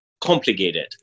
complicated